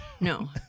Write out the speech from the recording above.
No